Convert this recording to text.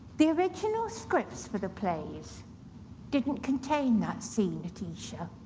the original scripts for the plays didn't contain that scene at esher.